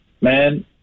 man